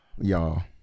y'all